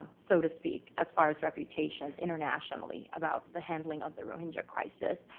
so to speak, as far as reputation, internationally, about the handling of the rohingya crisis.